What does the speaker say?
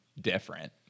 different